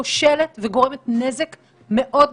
כושלת וגורמת נזק מאוד גדול,